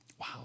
Wow